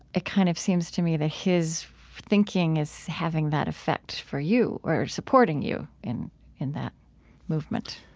it kind of seems to me that his thinking is having that effect for you or supporting you in in that movement